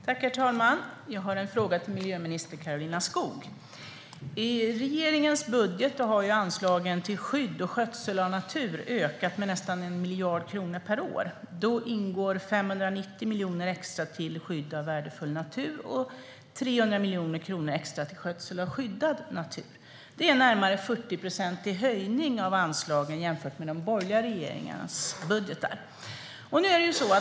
Herr talman! Jag har en fråga till miljöminister Karolina Skog. I regeringens budget har anslagen till skydd och skötsel av natur ökat med nästan 1 miljard kronor per år. Då ingår 590 miljoner kronor extra till skydd av värdefull natur och 300 miljoner kronor extra till skötsel av skyddad natur. Det är en närmare 40-procentig höjning av anslagen jämfört med de borgerliga regeringarnas budgetar.